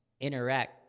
Interact